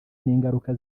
n’ingaruka